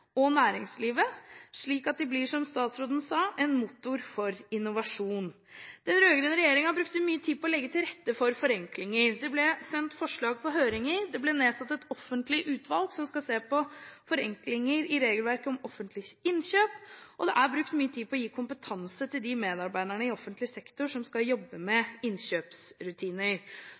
og næringslivet, slik at de blir, som statsråden sa, en motor for innovasjon. Den rød-grønne regjeringen brukte mye tid på å legge til rette for forenklinger. Det ble sendt forslag på høringer, det ble nedsatt et offentlig utvalg som skal se på forenklinger i regelverket om offentlige innkjøp, og det er brukt mye tid på å gi kompetanse til de medarbeiderne i offentlig sektor som skal jobbe med innkjøpsrutiner.